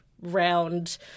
round